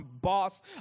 boss